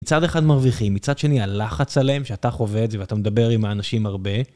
מצד אחד מרוויחים, מצד שני הלחץ עליהם שאתה חווה את זה ואתה מדבר עם האנשים הרבה.